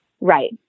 Right